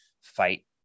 fight